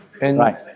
right